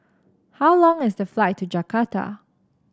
how long is the flight to Jakarta